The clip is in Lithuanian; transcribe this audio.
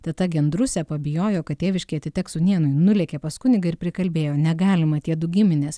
teta gendrusė pabijojo kad tėviškė atiteks sūnėnui nulėkė pas kunigą ir prikalbėjo negalima tiedu giminės